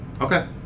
Okay